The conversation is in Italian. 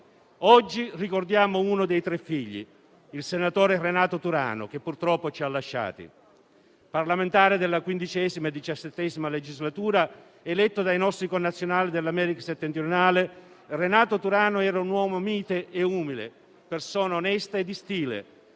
Oggi ricordiamo uno dei tre figli, il senatore Renato Turano, che purtroppo ci ha lasciati. Parlamentare nella XV e nella XVII legislatura, eletto dai nostri connazionali dell'America settentrionale, Renato Turano era un uomo mite e umile, persona onesta e di stile,